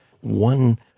One